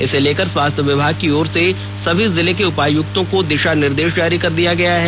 इसे लेकर स्वास्थ्य विभाग की ओर से सभी जिले के उपायुक्तों को दिशा निर्देश जारी कर दिया गया है